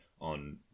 on